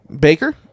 Baker